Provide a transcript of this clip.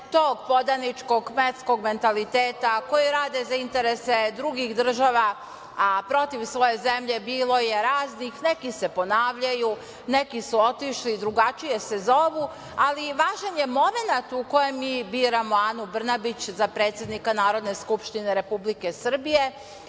tog podaničkog, kmetskog mentaliteta, koji rade za interese drugih država, a protiv svoje zemlje bilo je raznih. Neki se ponavljaju, neki su otišli i drugačije se zovu, ali važan je momenat u kojem mi biramo Anu Brnabić za predsednika Narodne skupštine Republike Srbije